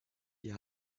wir